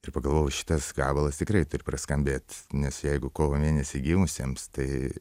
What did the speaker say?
ir pagalvojau šitas gabalas tikrai turi praskambėt nes jeigu kovo mėnesį gimusiems tai